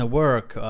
work